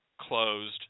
closed